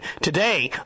Today